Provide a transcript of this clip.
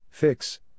Fix